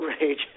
rage